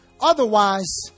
Otherwise